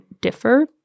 differ